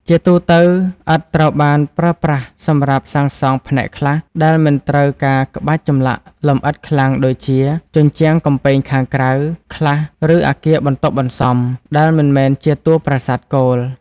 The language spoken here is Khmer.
ជាទូទៅ ឥដ្ឋត្រូវបានប្រើសម្រាប់សាងសង់ផ្នែកខ្លះដែលមិនត្រូវការក្បាច់ចម្លាក់លម្អិតខ្លាំងដូចជា ជញ្ជាំងកំពែងខាងក្រៅ ខ្លះ ឬ អគារបន្ទាប់បន្សំ ដែលមិនមែនជាតួប្រាសាទគោល។